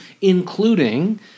including